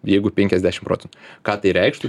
jeigu penkiasdešim procentų ką tai reikštų